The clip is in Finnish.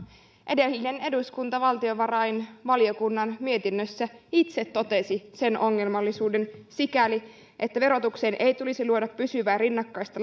edellinen eduskunta valtiovarainvaliokunnan mietinnössä itse totesi sen ongelmallisuuden sikäli että verotukseen ei tulisi luoda pysyvää rinnakkaista